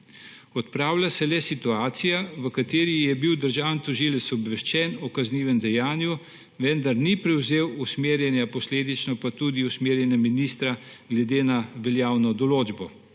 Odpravlja se le situacija, v kateri je bil državni tožilec obveščen o kaznivem dejanju, vendar ni prevzel usmerjanja, posledično pa tudi usmerjanje ministra glede na veljavno določbo.